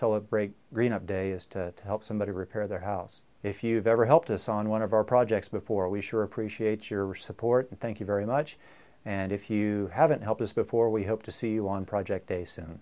celebrate green up day is to help somebody repair their house if you've ever helped us on one of our projects before we sure appreciate your support and thank you very much and if you haven't helped us before we hope to see you on project they so